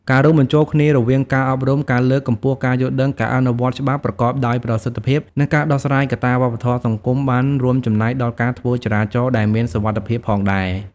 ការរួមបញ្ចូលគ្នារវាងការអប់រំ ការលើកកម្ពស់ការយល់ដឹង ការអនុវត្តច្បាប់ប្រកបដោយប្រសិទ្ធភាព និងការដោះស្រាយកត្តាវប្បធម៌សង្គមបានរួមចំណែកដល់ការធ្វើចរាចរណ៍ដែលមានសុវត្ថិភាពផងដែរ។